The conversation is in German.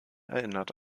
erinnert